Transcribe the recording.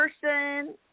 person